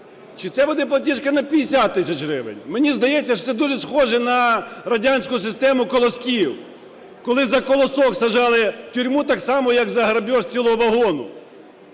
чи це буде платіжка на 50 тисяч гривень. Мені здається, що це дуже схоже на радянську систему колосків, коли за колосок саджали в тюрму, так само, як за грабіж цілого вагону.